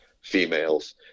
females